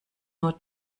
nur